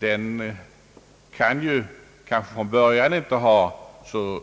Ikraftträdandet kanske från början inte har så